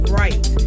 right